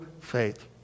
faith